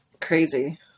crazy